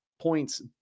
points